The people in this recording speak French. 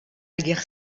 guerre